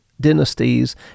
dynasties